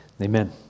Amen